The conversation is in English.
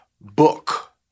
book